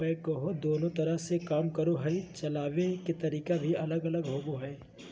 backhoe दोनों तरह से काम करो हइ, चलाबे के तरीका भी अलग होबो हइ